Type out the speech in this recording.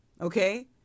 Okay